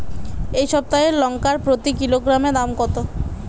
এই সপ্তাহের লঙ্কার প্রতি কিলোগ্রামে দাম কত?